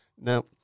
now